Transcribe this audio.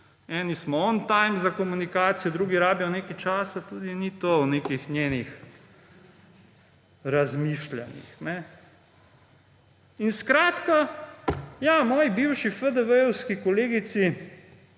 smo on time za komunikacijo, drugi rabijo nekaj časa. Tudi tu ni nekih njenih razmišljanj. Skratka, moji bivši FDV-jevski kolegici